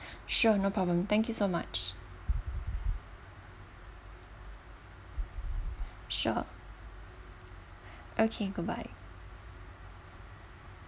sure no problem thank you so much